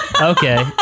Okay